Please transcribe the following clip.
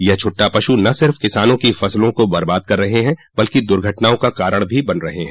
यह छुट्टा पशु न सिर्फ किसानों की फ़सलों को बर्बाद कर रहे हैं बल्कि दुर्घटनाओं का कारण भी बने हुए हैं